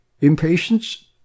impatience